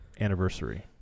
anniversary